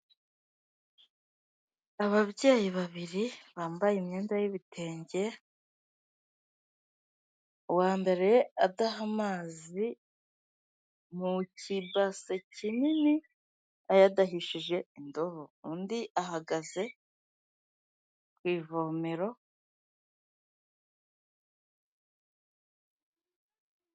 Ababyeyi babiri bambaye imyenda y'ibitenge, uwa mbere adaha amazi mu kibase kinini ayadahishije indobo, undi ahagaze ku ivomero.